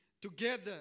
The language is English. together